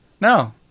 No